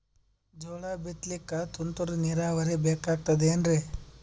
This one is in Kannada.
ಜೋಳ ಬಿತಲಿಕ ತುಂತುರ ನೀರಾವರಿ ಬೇಕಾಗತದ ಏನ್ರೀ?